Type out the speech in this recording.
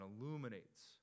illuminates